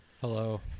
Hello